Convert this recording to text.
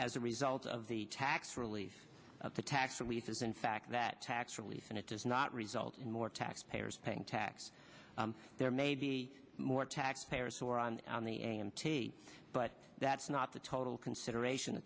as a result of the tax relief that the tax relief is in fact that tax relief and it does not result in more taxpayers paying tax there may be more taxpayer soran on the a m t but that's not the total consideration